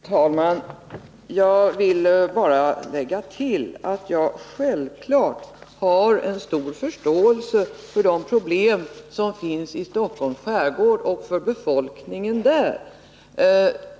Herr talman! Jag vill bara tillägga att jag självfallet har stor förståelse för de problem som finns i Stockholms skärgård och för befolkningen där.